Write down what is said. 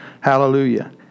Hallelujah